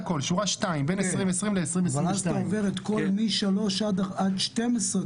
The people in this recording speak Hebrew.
אז אתה עובר מ-3 עד 12,